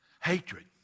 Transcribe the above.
hatred